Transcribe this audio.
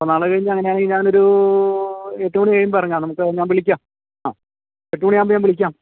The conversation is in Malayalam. അപ്പോള് നാളെക്കഴിഞ്ഞ് അങ്ങാനെയാണെങ്കില് ഞാനൊരു എട്ടു മണി കഴിയുമ്പോള് ഇറങ്ങാം നമുക്ക് ഞാൻ വിളിക്കാം ആ എട്ട് മണി ആവുമ്പോള് ഞാൻ വിളിക്കാം